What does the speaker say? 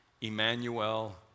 Emmanuel